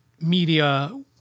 media